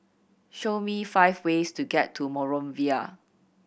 show me five ways to get to Monrovia